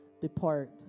depart